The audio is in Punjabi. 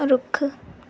ਰੁੱਖ